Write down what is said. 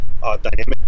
dynamic